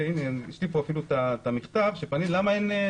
יש לי פה אפילו את המכתב, ששאלתי למה אין.